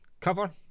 cover